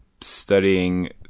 studying